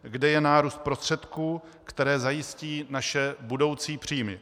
Kde je nárůst prostředků, které zajistí naše budoucí příjmy?